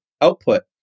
output